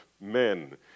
men